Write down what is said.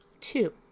Two